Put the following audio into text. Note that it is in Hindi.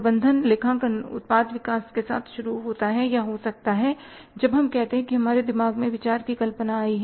प्रबंधन लेखांकन उत्पाद विकास के साथ शुरू होता है या हो सकता है जब हम कहते हैं कि हमारे दिमाग में विचार की कल्पना आई है